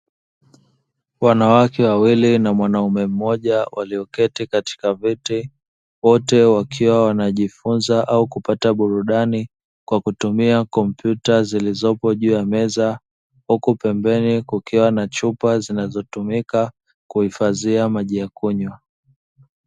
Wanawake wawili na mwanaume mmoja walioketi katika viti wote wakiwa wanajifunza au kupata burudani kwa kutumia kompyuta zilizopo juu ya meza, huku pembeni kukiwa na chupa zilizotumika kuhifadhia maji ya kunywa.